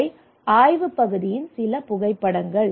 இவை ஆய்வுப் பகுதியின் சில புகைப்படங்கள்